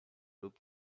lub